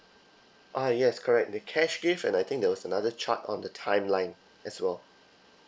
uh yes correct the cash gift and I think there was another chart on the timeline as well